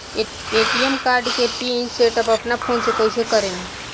ATM card के PIN set अपना phone से कइसे करेम?